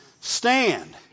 Stand